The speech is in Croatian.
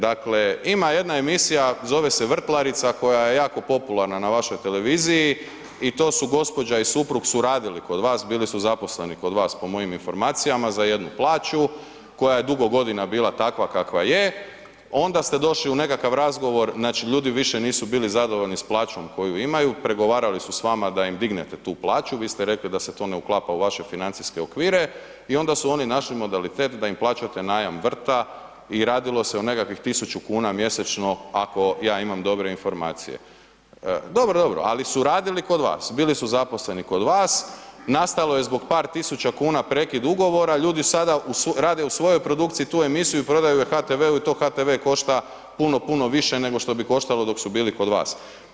Dakle, ima jedna emisija, zove se „Vrtlarica“ koja je jako popularna na vašoj televiziji i to su gospođa i suprug su radili kod vas, bili su zaposleni kod vas po mojim informacijama za jednu plaću koja je dugo godina bila takva kakva je, onda ste došli u nekakav razgovor, znači ljudi više nisu bili zadovoljni s plaćom koju imaju, pregovarali su se s vama da im dignete tu plaću, vi ste rekli da se to ne uklapa u vaše financijske okvire i onda su oni našli modalitet da im plaćate najam vrta i radilo se o nekakvih 1000 kuna mjesečno ako ja imam dobre informacije. … [[Upadica sa strane, ne razumije se.]] Dobro, dobro ali su radili kod vas, bili su zaposleni kod vas, nastalo je zbog par tisuća kuna prekid ugovora, ljudi sada rade u svojoj produkciji tu emisiju i prodaju je HTV-u i to HTV košta puno, puno više nego što bi koštalo dok su bili kod vas.